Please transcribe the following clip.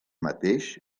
mateix